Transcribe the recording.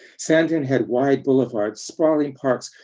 sandton had wide boulevards, sprawling parks,